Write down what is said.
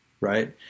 right